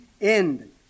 end